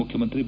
ಮುಖ್ಯಮಂತ್ರಿ ಬಿ